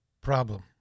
problem